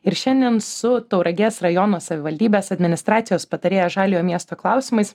ir šiandien su tauragės rajono savivaldybės administracijos patarėja žaliojo miesto klausimais